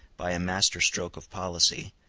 by a master-stroke of policy,